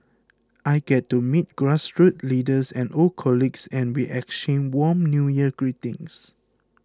I get to meet grassroots leaders and old colleagues and we exchange warm New Year greetings